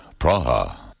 Praha